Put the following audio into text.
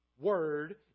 word